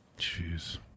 Jeez